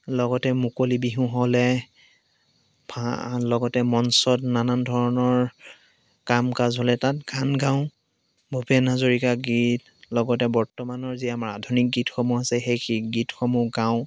লগতে মুকলি বিহু হ'লে লগতে মঞ্চত নানান ধৰণৰ কাম কাজ হ'লে তাত গান গাওঁ ভূপেন হাজৰীকা গীত লগতে বৰ্তমানৰ যি আমাৰ আধুনিক গীতসমূহ আছে সেই গীতসমূহ গাওঁ